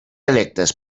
electes